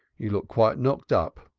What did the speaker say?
you look quite knocked up.